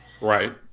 Right